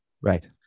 Right